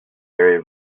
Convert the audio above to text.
very